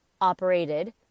operated